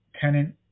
tenant